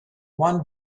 one